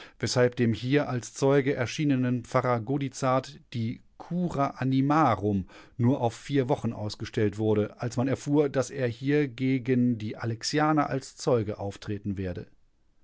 weshalb dem hier als zeuge erschienenen pfarrer godizart die cura animarum nur auf vier wochen ausgestellt wurde als man erfuhr daß er hier gegen die alexianer als zeuge auftreten werde